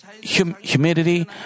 Humidity